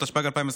התשפ"ג 2023,